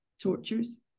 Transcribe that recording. tortures